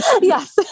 Yes